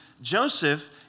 Joseph